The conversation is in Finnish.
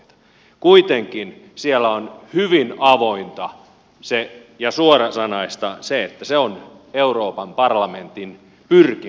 kuitenkin siellä on hyvin avointa ja suorasanaista se että se on euroopan parlamentin pyrkimys